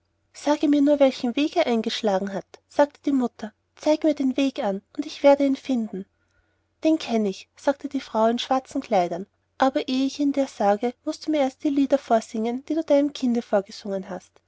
sage mir nur welchen weg er eingeschlagen hat sagte die mutter zeige mir den weg an und ich werde ihn finden den kenne ich sagte die frau in schwarzen kleidern aber ehe ich ihn dir sage mußt du mir erst alle die lieder vorsingen die du deinem kinde vorgesungen hast